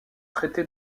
traité